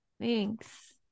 Thanks